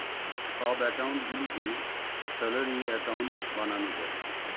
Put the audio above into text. সব অ্যাকাউন্ট গুলিকে salary account বানানো যায়